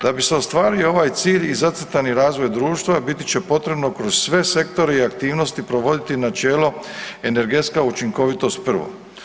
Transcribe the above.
Da bi se ostvario ovaj cilj i zacrtani razvoj društva biti će potrebno kroz sve sektore i aktivnosti provoditi načelo energetska učinkovitost prvo.